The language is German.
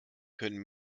können